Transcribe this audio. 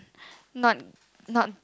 not not